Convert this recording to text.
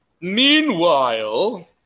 Meanwhile